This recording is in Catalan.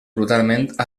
brutalment